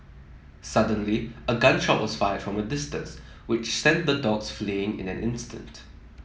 suddenly a gun shot was fired from a distance which sent the dogs fleeing in an instant